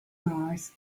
mars